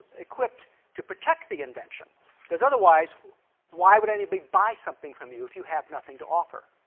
equipped to protect the invention because otherwise why would anybody buy something from you if you have nothing to offer